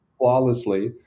Flawlessly